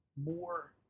more